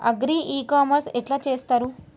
Agri e commerce ఎట్ల చేస్తరు?